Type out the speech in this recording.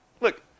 Look